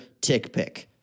TickPick